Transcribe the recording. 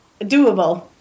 doable